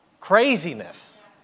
Craziness